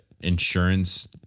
insurance